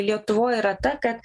lietuvoj yra ta kad